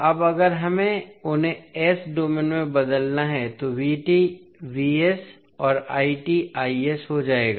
अब अगर हमें उन्हें s डोमेन में बदलना है तो और हो जाएगा